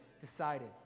decided